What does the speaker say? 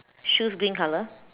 shoes green color